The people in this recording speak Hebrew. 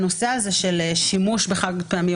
הנושא הזה של שימוש בחד פעמי,